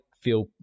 feel